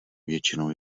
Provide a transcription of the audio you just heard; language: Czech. většinou